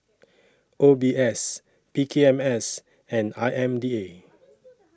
O B S P K M S and I M D A